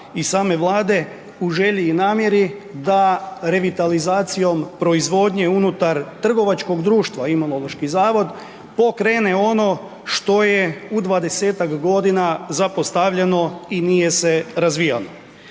i same Vlade u želji i namjeri da revitalizacijom proizvodnje unutar trgovačkog društva Imunološki zavod pokrene ono što je u 20-tak godina zapostavljano i nije se razvijalo.